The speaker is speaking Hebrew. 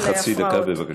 עוד חצי דקה, בבקשה.